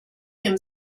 him